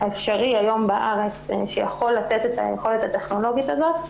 הכלי האפשרי היום בארץ שיכול לתת את היכולת הטכנולוגית הזאת,